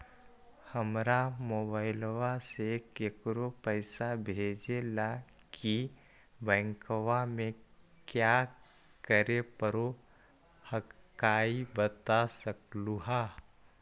हमरा मोबाइलवा से केकरो पैसा भेजे ला की बैंकवा में क्या करे परो हकाई बता सकलुहा?